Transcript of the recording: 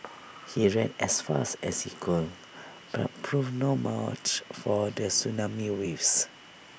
he ran as fast as he could but proved no match for the tsunami waves